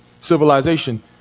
civilization